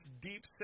deep